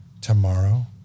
Tomorrow